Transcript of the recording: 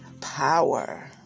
power